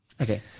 Okay